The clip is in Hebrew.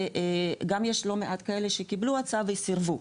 גם יש לא מעט כאלה שקיבלו הצעה וסירבו,